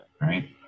Right